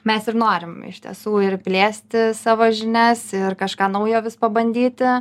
mes ir norim iš tiesų ir plėsti savo žinias ir kažką naujo vis pabandyti